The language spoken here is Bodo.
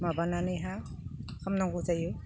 माबानानैहा खालामनांगौ जायो